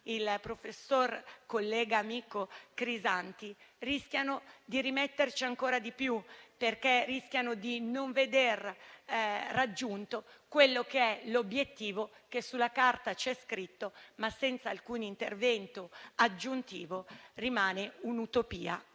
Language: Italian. professor Crisanti, rischiano di rimetterci ancora di più, perché rischiano di non veder raggiunto l'obiettivo che sulla carta è scritto, ma che, senza alcun intervento aggiuntivo, rimane un'utopia